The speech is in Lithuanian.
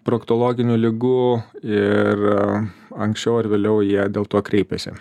proktologinių ligų ir anksčiau ar vėliau jie dėl to kreipiasi